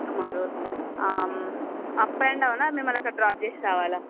tomorrow up and down మిమ్మల్ని అక్కడ drop జేసి రావలా